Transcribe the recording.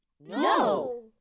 no